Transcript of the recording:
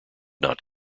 not